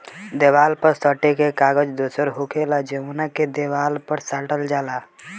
देवाल पर सटे के कागज दोसर होखेला जवन के देवाल पर साटल जाला